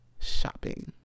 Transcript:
shopping